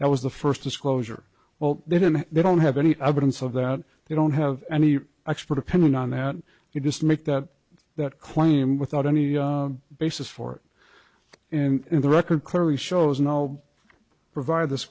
that was the first disclosure well then they don't have any evidence of that they don't have any expert opinion on that you just make that that claim without any basis for it and the record clearly shows no provide this